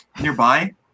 nearby